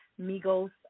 Migos